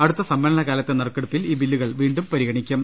അടുത്ത സമ്മേളന കാലത്തെ നറുക്കെടുപ്പിൽ ഈ ബ്രില്ലുകൾ വീണ്ടും പരിഗണിക്കും